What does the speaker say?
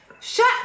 shut